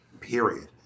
period